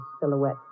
silhouette